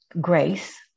grace